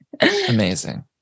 Amazing